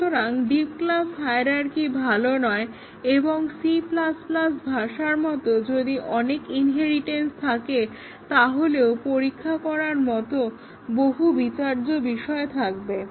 সুতরাং deep class hierarchy ভালো নয় এবং C ভাষার মতো যদি অনেক ইনহেরিটেন্স থাকে তাহলেও পরীক্ষা করার মতো বহু বিচার্য বিষয় থাকবে